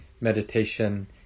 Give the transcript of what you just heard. meditation